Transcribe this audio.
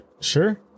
Sure